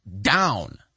down